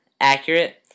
accurate